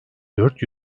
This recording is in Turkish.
dört